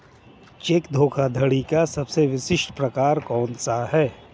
Check धोखाधड़ी का सबसे विशिष्ट प्रकार कौन सा है?